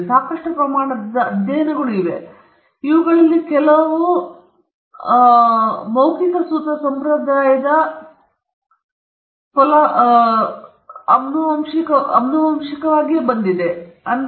ಮತ್ತು ಸಾಕಷ್ಟು ಪ್ರಮಾಣದ ಅಧ್ಯಯನಗಳು ಇವೆ ಅವುಗಳಲ್ಲಿ ಕೆಲವು ಮೌಖಿಕ ಸೂತ್ರ ಸಂಪ್ರದಾಯದ ದೊಡ್ಡ ಫಲಾನುಭವಿಗಳ ಪೈಕಿ ಶೇಕ್ಸ್ಪಿಯರ್ನ ಒಂದು ದೊಡ್ಡ ಫಲಾನುಭವಿಗಳಾಗಿದ್ದು ಷೇಕ್ಸ್ಪಿಯರ್ ಅವರು ವಾಸ್ತವವಾಗಿ ಮೌಖಿಕ ಸೂತ್ರದ ಸಂಪ್ರದಾಯದಿಂದ ಆನುವಂಶಿಕವಾಗಿ ಮೊದಲು ಬಂದಿದ್ದಾರೆ ಎಂಬುದು ನಿಮಗೆ ತಿಳಿದಿದೆ